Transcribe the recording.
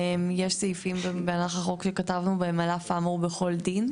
יש סעיפים במהלך החוק שכתבנו בהם "על אף האמור בכל דין",